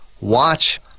watch